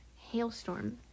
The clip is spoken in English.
Hailstorm